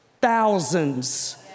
thousands